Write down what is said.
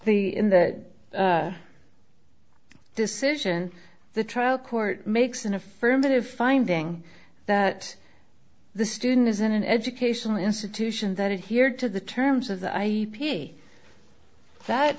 the in that decision the trial court makes an affirmative finding that the student is in an educational institution that it here to the terms of the i p that